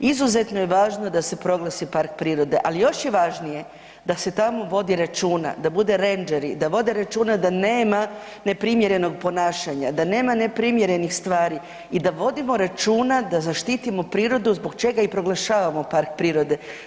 Izuzetno je važno da se proglasi park prirode, ali još je važnije da se tamo vodi računa, da budu rendžeri, da vode računa da nema neprimjerenog ponašanja, da nema neprimjerenih stvari i da vodimo računa da zaštitimo prirodu zbog čega i proglašavamo park prirode.